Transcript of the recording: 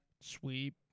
Sweep